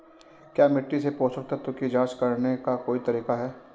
क्या मिट्टी से पोषक तत्व की जांच करने का कोई तरीका है?